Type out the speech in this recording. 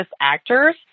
actors